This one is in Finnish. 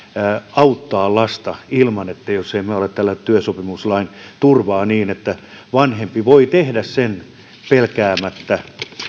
auttaa lasta ilman että tällä ei ole työsopimuslain turvaa niin että vanhempi voi tehdä sen pelkäämättä